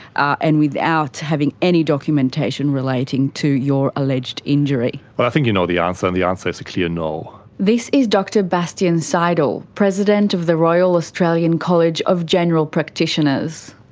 and without having any documentation relating to your alleged injury? i think you know the answer, and the answer is a clear no. this is dr bastian seidel, president of the royal australian college of general practitioners.